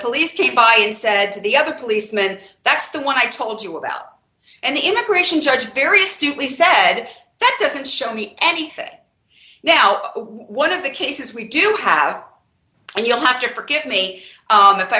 police keep by and said to the other policeman that's the one i told you about and the immigration judge very astutely said that doesn't show me anything now one of the cases we do have and you'll have to forgive me